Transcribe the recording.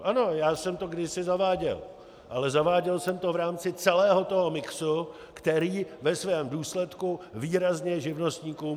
Ano, já jsem to kdysi zaváděl, ale zaváděl jsem to v rámci celého toho mixu, který ve svém důsledku výrazně živnostníkům ulevoval.